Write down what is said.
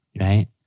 right